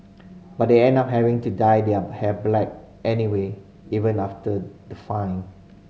but they end up having to dye their hair black anyway even after the fine